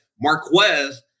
Marquez